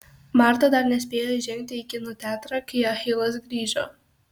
marta dar nespėjo įžengti į kino teatrą kai achilas grįžo